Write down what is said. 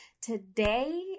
today